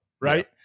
right